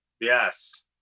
Yes